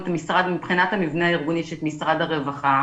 מבחינת המבנה הארגוני יש את משרד הרווחה